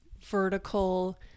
vertical